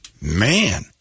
Man